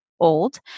old